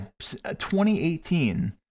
2018